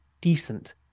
decent